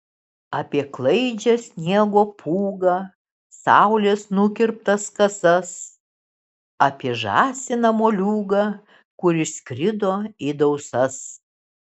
apie klaidžią sniego pūgą saulės nukirptas kasas apie žąsiną moliūgą kur išskrido į dausas